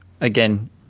again